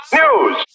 news